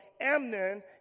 Amnon